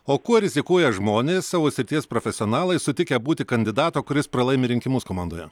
o kuo rizikuoja žmonės savo srities profesionalai sutikę būti kandidato kuris pralaimi rinkimus komandoje